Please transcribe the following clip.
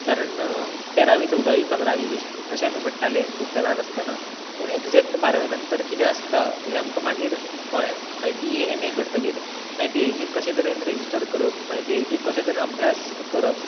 कारण तेरावी चवदावी पंदरावी बी अशें आमी म्हणटाले खुबदां ल्हान आसतना पूण एकजेक्ट बारावी नंतर कितें आसता हें आमकां मागीर कळ्ळें मागीर बीए एम ए करतगीर मागीर पी एच डीक कशेंय तरेन रजिस्टर करप मागीर पी एच डीक कशें तरेन अभ्यास करप